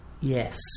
Yes